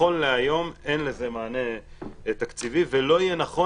נכון להיום אין לזה מענה תקציבי ולא יהיה נכון